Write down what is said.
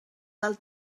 del